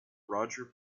roger